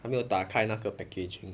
还没有打开那个 packaging